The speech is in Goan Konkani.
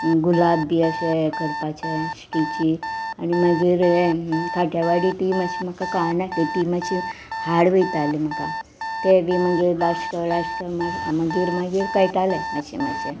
गुलाब बी अशें हें करपाचें स्टिची आनी मागीर ये खाट्यावाडी ती मातशी म्हाका कळना ती ती मातशी हाड वयताली म्हाका ते बी मागीर लाश्ट लाश्ट मागीर मागीर कळटाले मातशें मातशें